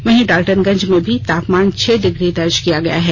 वहीं डाल्टनगंज में भी तापमान छह डिग्री दर्ज किया गया है